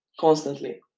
constantly